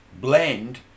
blend